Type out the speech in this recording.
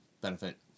benefit